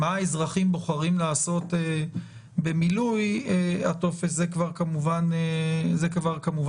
מה שהאזרחים בוחרים לעשות במילוי הטופס הוא כבר כמובן עניינם,